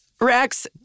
rex